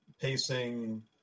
Pacing